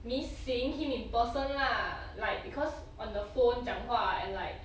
miss seeing him in person lah like because on the phone 讲话 and like